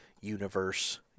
universe